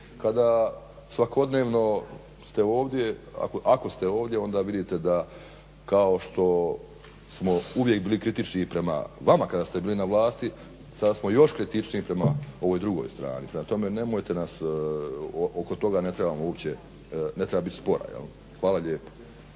kada svakodnevno ste ovdje, ako ste ovdje onda vidite da kao što smo uvijek bili kritični prema vama kada ste bili na vlasti sada smo još kritičniji prema ovoj drugoj strani. Prema tome, nemojte nas oko toga ne trebamo uopće, ne treba biti spora. Hvala lijepo.